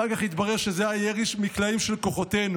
אחר כך התברר שזה היה ירי מקלעים של כוחותינו,